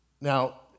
Now